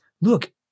look